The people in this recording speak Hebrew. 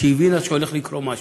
כשהיא הבינה שהולך לקרות משהו,